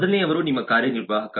ಮೊದಲನೆಯವರು ನಿಮ್ಮ ಕಾರ್ಯನಿರ್ವಾಹಕ